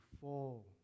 fall